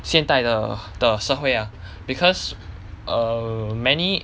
现代的的社会 ah because err many